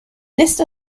list